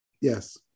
Yes